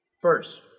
First